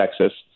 Texas